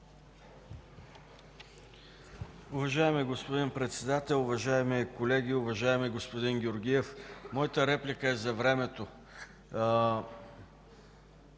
Уважаеми господин Председател, уважаеми колеги, уважаеми господин Георгиев! Моята реплика е за времето.